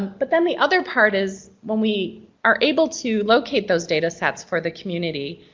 but then the other part is when we are able to locate those datasets for the community,